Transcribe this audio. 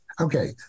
okay